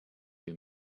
too